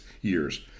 years